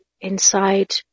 inside